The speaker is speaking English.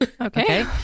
Okay